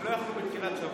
הם לא יכלו בתחילת השבוע.